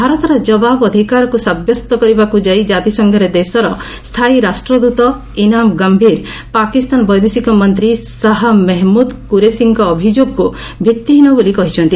ଭାରତର ଜବାବ ଅଧିକାରକୁ ସାବ୍ୟସ୍ତ କରିବାକୁ ଯାଇ କାତିସଂଘରେ ଦେଶର ସ୍ଥାୟୀ ରାଷ୍ଟ୍ରଦୃତ ଗମ୍ଭୀର ପାକିସ୍ତାନ ବୈଦେଶିକ ମନ୍ତ୍ରୀ ଶାହା ମେହମୁଦ୍ କୁରେସିଙ୍କ ଅଭିଯୋଗକୁ ଭିତ୍ତିହୀନ ବୋଲି କହିଛନ୍ତି